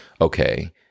Okay